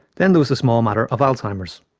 then there was the small matter of alzheimer's.